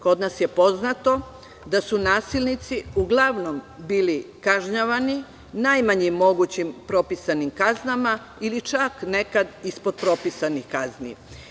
Kod nas je poznato da su nasilnici uglavnom bili kažnjavani najmanjim mogućim propisanim kaznama, ili čak nekad ispod propisanih kazni.